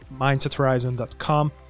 MindsetHorizon.com